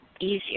easier